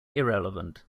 irrelevant